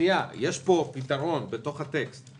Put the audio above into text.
יש פה פתרון בתוך הטקסט.